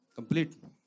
Complete